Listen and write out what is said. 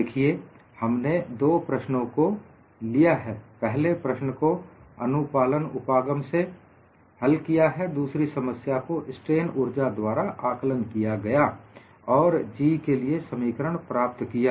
देखिए हमने 2 प्रश्नों को लिया है पहले प्रश्न को अनुपालन उपागम से हल किया गया है दूसरी समस्या को स्ट्रेन ऊर्जा द्वारा आकलन किया गया और G के लिए समीकरण प्राप्त किया